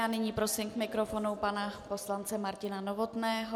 Nyní prosím k mikrofonu pana poslance Martina Novotného.